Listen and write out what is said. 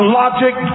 logic